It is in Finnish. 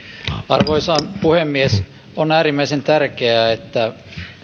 arvoisa puhemies on äärimmäisen tärkeää että